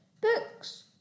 books